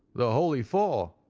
the holy four,